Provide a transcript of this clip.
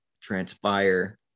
transpire